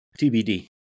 TBD